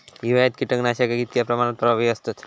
हिवाळ्यात कीटकनाशका कीतक्या प्रमाणात प्रभावी असतत?